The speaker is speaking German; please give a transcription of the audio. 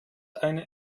eine